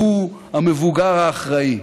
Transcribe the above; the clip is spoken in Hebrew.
שהוא המבוגר האחראי.